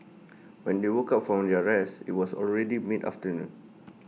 when they woke up from their rest IT was already mid afternoon